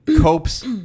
Cope's